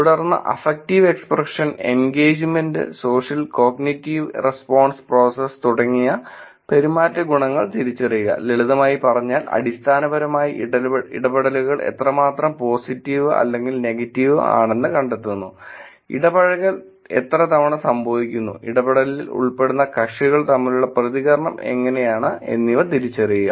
തുടർന്ന് affective expression engagement social cognitive response process തുടങ്ങിയ പെരുമാറ്റ ഗുണങ്ങൾ തിരിച്ചറിയുക ലളിതമായി പറഞ്ഞാൽ അടിസ്ഥാനപരമായി ഇടപെടലുകൾ എത്രമാത്രം പോസിറ്റീവ് അല്ലെങ്കിൽ നെഗറ്റീവ് ആണെന്ന് കണ്ടെത്തുന്നു ഇടപഴകൽ എത്ര തവണ സംഭവിക്കുന്നു ഇടപെടലിൽ ഉൾപ്പെടുന്ന കക്ഷികൾ തമ്മിലുള്ള പ്രതികരണം എങ്ങനെയാണ് എന്നിവ തിരിച്ചറിയുക